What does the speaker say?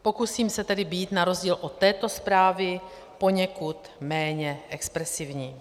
Pokusím se tedy být na rozdíl od této zprávy poněkud méně expresivní.